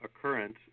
occurrence